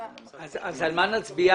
אז על מה נצביע?